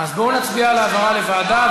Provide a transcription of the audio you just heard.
אז בואו נצביע על העברה לוועדה,